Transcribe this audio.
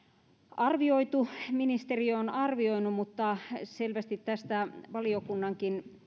ministeriö arvioinut mutta selvästi valiokunnan